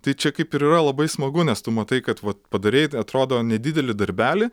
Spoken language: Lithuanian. tai čia kaip ir yra labai smagu nes tu matai kad vat padarei at atrodo nedidelį darbelį